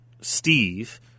Steve